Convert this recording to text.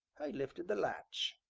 i lifted the latch.